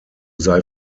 sei